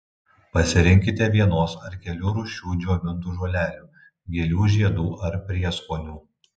pasirinkite vienos ar kelių rūšių džiovintų žolelių gėlių žiedų ar prieskonių